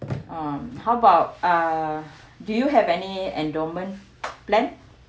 um how about uh do you have any endowment plan